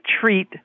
treat